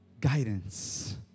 guidance